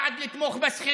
בעד לתמוך בשכירים,